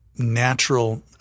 natural